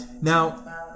Now